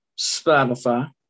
Spotify